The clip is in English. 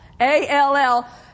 A-L-L